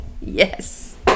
yes